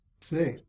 See